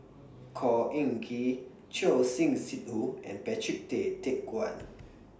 Khor Ean Ghee Choor Singh Sidhu and Patrick Tay Teck Guan